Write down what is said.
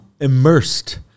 immersed